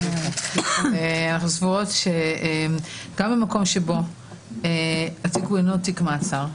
שגם במקום שבו התיק אינו תיק מעצר,